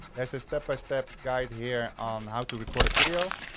there's a step-by-step guide here on how to record a video.